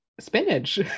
spinach